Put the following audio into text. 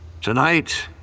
Tonight